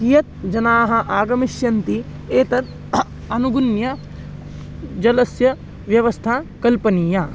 कति जनाः आगमिष्यन्ति एतत् अनुगणय्य जलस्य व्यवस्था कल्पनीया